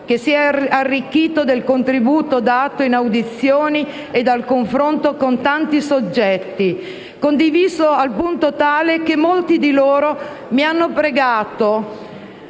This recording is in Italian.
che si è arricchito del contributo dato in audizione e con il confronto con tanti soggetti; condiviso al punto tale che molti di loro mi hanno pregato